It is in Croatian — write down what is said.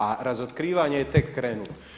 A razotkrivanje je tek krenulo.